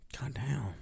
Goddamn